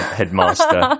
headmaster